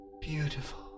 beautiful